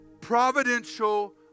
providential